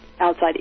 outside